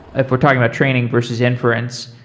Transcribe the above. if we're talking about training versus inference.